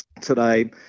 today